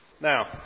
Now